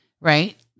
right